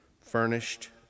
furnished